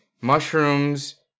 mushrooms